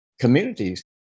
Communities